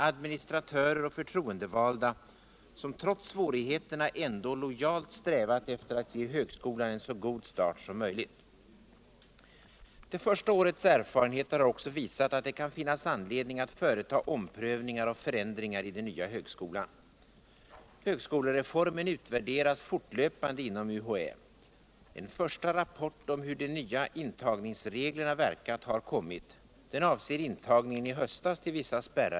administratörer och förtroendevalda som trots svårigheterna ändå lojalt strävat efter att pe 89 högskolan en så god start som möjligt. Det första årets erfarenheter har också visat att det kan finnas anledning att företa omprövningar och förändringar i den nya högskolan.